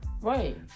Right